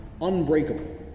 unbreakable